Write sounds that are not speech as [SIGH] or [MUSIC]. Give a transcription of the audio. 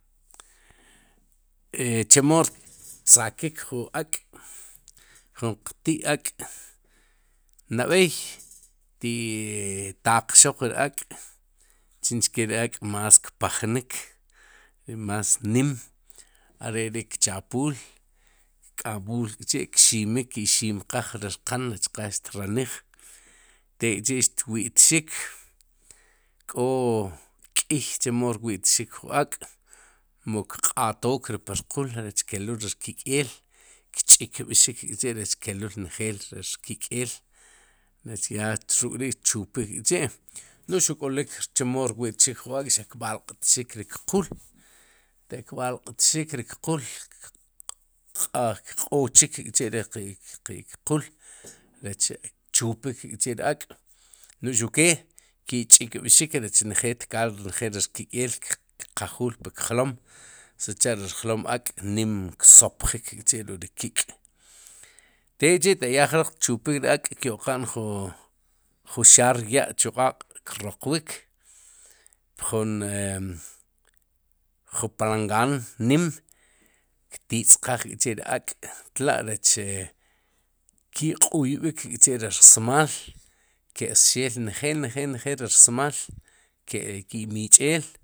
E [HESITATION] chemo rtzakik jun ak' jun qti'ak'nab'eey ti'taqxaq ri ak'chinchkee ri ak'más kpajnik, ri más nim, are ri kchapuul, kk'amuul kçhi'ki'ximqaj riq qan rech qa xtranij, tek'chi'xtwi'txik k'o k'iy chemo rwi'txik jun ak'mu kqatook ri pur qul rech keluul ri rkik'eel kch'ikb'xik k'chi'rech keluul njeel ri rkik'eel rech ya ruk'ri'tchupik kchi', noj xuq k'olik chemo rwi'txik jun ak' xaq kb'aq'txik rik qul téq kb'aq'txik rik qul kq'a kq'ochik k'chi'rik qe' qe [HESITATION] qul rech tchupik k'chi'ri ak'no'j xuqke ki'ch'ikb'xik rech njeel tkaal ri rkik'eel kqajuuj puk jlom sicha'ri rjom ak'nim ksopjik k'chi' ruk'ri kik' tekçhi'ataq ya jroq tchupik ri ak'kyo'qan ju ju xaar ya'chuqáaq' kxoqwik, pjun e [HESITATION] palangaan nim ktitz'qaj k chi'ri ak'tla'rech e [HESITATION] ki'q'uyb'ik kçhi'ri rsmaal ke'sxeel njeel njeel njeel ri rsmaal ke ki'mich'eel.